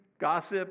gossip